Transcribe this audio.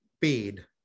paid